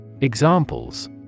Examples